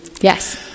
Yes